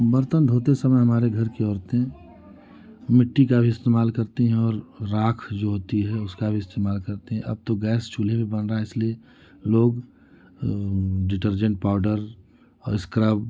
बर्तन धोते समय हमारे घर की औरतें मिट्टी का भी इस्तेमाल करती हैं और राख़ जो होती है उसका भी इस्तेमाल करती हैं अब तो गैस चूल्हे पर बन रहा है इसलिए लोग डिटर्जेन्ट पाउडर और स्क्रब